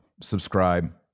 Subscribe